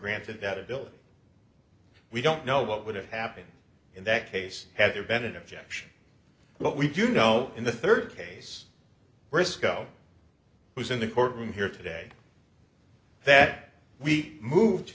granted that it bill we don't know what would have happened in that case had there been an objection but we do know in the third case riscoe was in the courtroom here today that we moved